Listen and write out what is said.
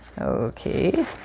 Okay